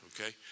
okay